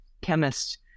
chemist